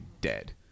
dead